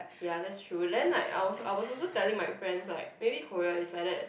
ya that's true then like I was I was also telling my friends like maybe Korea is like that